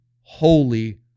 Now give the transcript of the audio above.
holy